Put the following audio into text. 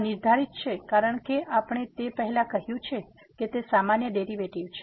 આ નિર્ધારિત છે કારણ કે આપણે તે પહેલાં કહ્યું છે તે સામાન્ય ડેરીવેટીવ છે